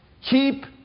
keep